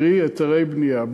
קרי היתרי בנייה.